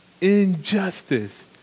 injustice